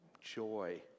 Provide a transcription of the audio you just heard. joy